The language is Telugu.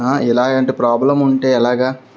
ఇలా అంటే ప్రాబ్లం ఉంటే ఎలాగా